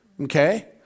Okay